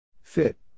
Fit